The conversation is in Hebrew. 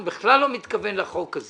הוא אמר שהוא לא הכיר את העובדות כך